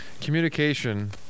communication –